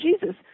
Jesus